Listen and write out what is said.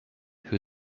who